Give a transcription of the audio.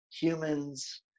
humans